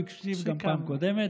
הוא הקשיב גם בפעם הקודמת,